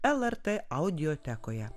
lrt audiotekoje